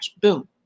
boom